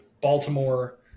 Baltimore